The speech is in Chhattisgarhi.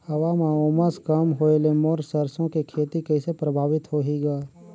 हवा म उमस कम होए ले मोर सरसो के खेती कइसे प्रभावित होही ग?